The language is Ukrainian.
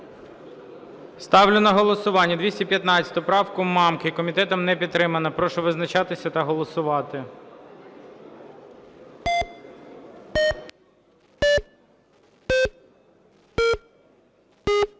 Ставлю на голосування 215 правку Мамки. Комітетом не підтримана. Прошу визначатися та голосувати.